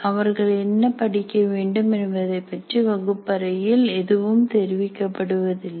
அவர்கள் என்ன படிக்க வேண்டும் என்பதைப்பற்றி வகுப்பறையில் எதுவும் தெரிவிக்கப் படுவதில்லை